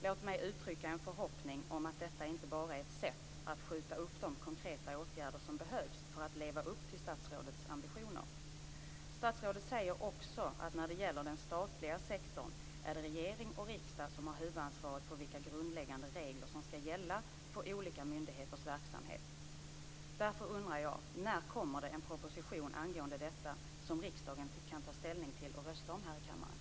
Låt mig uttrycka en förhoppning om att detta inte bara är ett sätt att skjuta upp de konkreta åtgärder som behövs för att leva upp till statsrådets ambitioner. Statsrådet säger också att det när det gäller den statliga sektorn är regering och riksdag som har huvudansvaret för vilka grundläggande regler som skall gälla för olika myndigheters verksamhet. Därför undrar jag: När kommer det en proposition angående detta som riksdagen kan ta ställning till och rösta om här i kammaren?